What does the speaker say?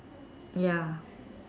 ya